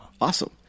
Awesome